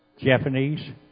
Japanese